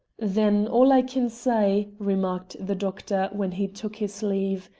then all i can say, remarked the doctor, when he took his leave,